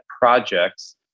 projects